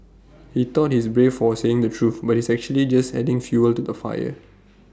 he thought he's brave for saying the truth but he's actually just adding fuel to the fire